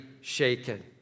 shaken